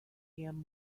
him